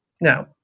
Now